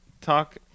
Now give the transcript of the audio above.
talk